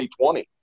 2020